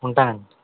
ఉంటానండి